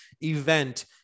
event